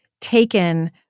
taken